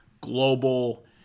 global